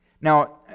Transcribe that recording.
Now